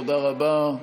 תודה רבה.